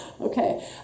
Okay